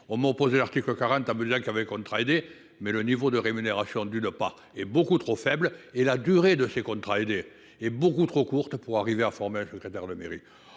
on m'opposer leur quelque 40 hamdoulillah qui avait contrat aidé, mais le niveau de rémunération du le pas est beaucoup trop faible et la durée de ces contrats aidés et beaucoup trop courte pour arriver à former un secrétaire de mairie.